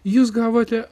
jūs gavote